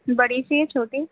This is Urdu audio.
بڑی سی یا چھوٹی